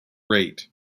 rate